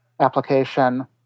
application